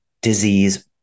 disease